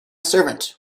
servant